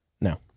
No